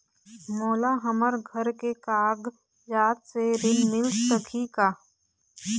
मोला हमर घर के कागजात से ऋण मिल सकही का?